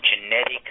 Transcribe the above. genetic